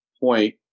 point